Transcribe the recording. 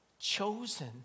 chosen